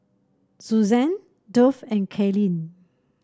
Suzann Duff and Kaylene